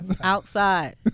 Outside